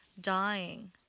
dying